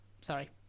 Sorry